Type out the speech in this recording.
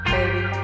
Baby